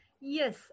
Yes